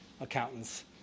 accountants